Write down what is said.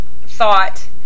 thought